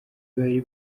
bari